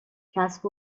کسب